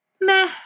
meh